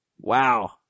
Wow